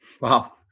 Wow